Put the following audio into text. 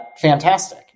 fantastic